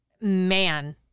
man